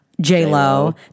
J-Lo